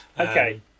Okay